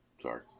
Sorry